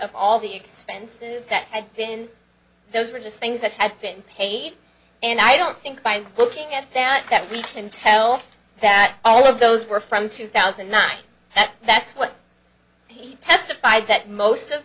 of all the expenses that had been those were just things that had been paid and i don't think i'm looking at that that we can tell that all of those were from two thousand and not that that's what he testified that most of